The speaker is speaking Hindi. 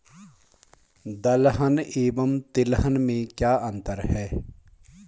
दलहन एवं तिलहन में क्या अंतर है?